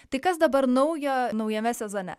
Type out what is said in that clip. tai kas dabar naujo naujame sezone